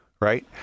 right